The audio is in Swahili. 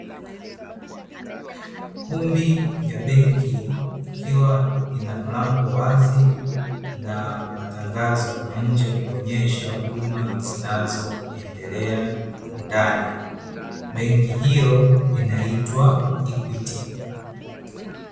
Kumbi ya benki ikiwa ina mlango wazi na matangazo nje ikiwa inaonesha huduma zinazotolewa ndani. banki hiyo inaitwa 'Equity'.